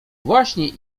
właśnie